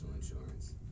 insurance